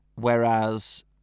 Whereas